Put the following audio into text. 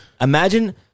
imagine